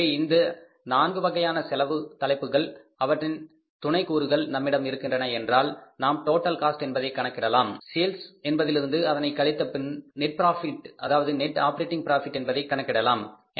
எனவே இந்த நான்கு வகையான செலவு தலைப்புகள் அவற்றின் துணை கூறுகள் நம்மிடம் இருக்கின்றன என்றால் நாம் டோட்டல் காஸ்ட் என்பதை கணக்கிடலாம் சேல்ஸ் என்பதிலிருந்து அதனை கழிப்பதன் மூலம் நெட் ஆப்பரேட்டிங் பிராபிட் என்பதை கணக்கிடலாம்